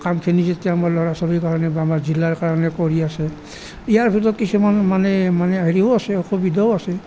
কামখিনি যেতিয়া আমাৰ ল'ৰা ছোৱালীৰ কাৰণে বা আমাৰ জিলাৰ কাৰণে কৰি আছে ইয়াৰ ভিতৰত কিছুমান মানে মানে হেৰিও আছে অসুবিধাও আছে